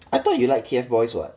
I thought you like T_F boys [what]